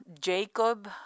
Jacob